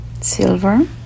silver